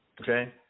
Okay